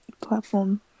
platform